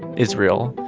israel,